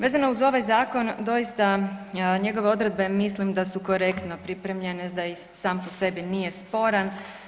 Vezano uz ovaj zakon doista, njegove odredbe mislim da su korektno pripremljene, da i sam po sebi nije sporan.